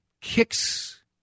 kicks